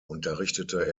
unterrichtete